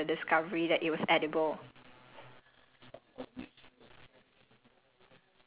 what food probably has the has an interesting story behind the discovery that it was edible